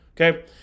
Okay